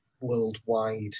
worldwide